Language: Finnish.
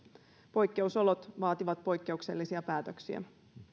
poikkeusolot vaativat poikkeuksellisia päätöksiä